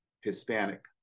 Hispanic